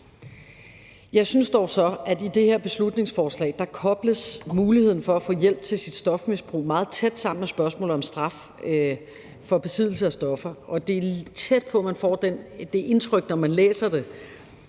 Jeg synes dog så, at i det her beslutningsforslag kobles muligheden for at få hjælp til ens stofmisbrug meget tæt sammen med spørgsmålet om straf for besiddelse af stoffer. Det er tæt på, at man får det indtryk, når man læser det,